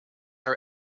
are